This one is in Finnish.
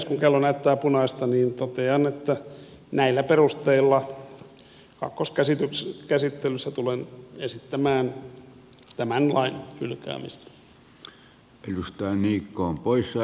kun kello näyttää punaista niin totean että näillä perusteilla kakkoskäsittelyssä tulen esittämään tämän lain hylkäämistä